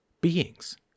beings